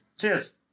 cheers